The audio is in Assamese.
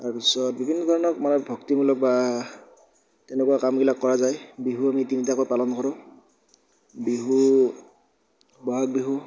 তাৰ পিছত বিভিন্ন ধৰণৰ মানে ভক্তিমূলক বা তেনেকুৱা কামবিলাক কৰা যায় বিহু আমি তিনিটাকৈ পালন কৰোঁ বিহু বহাগ বিহু